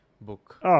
book